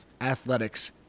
Athletics